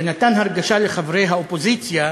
ונתן הרגשה לחברי האופוזיציה,